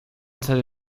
cenę